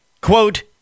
quote